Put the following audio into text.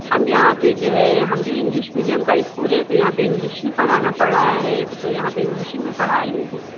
हम यहाँ पर जो है हम भी इंग्लिश मीडियम का इस्कूल है तो यहाँ पर इंग्लिश ही पढ़ाना पड़ रहा है तो यहाँ पर इंग्लिश ही मैं पढ़ा रही हूँ